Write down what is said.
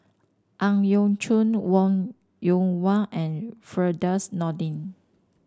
Ang Yau Choon Wong Yoon Wah and Firdaus Nordin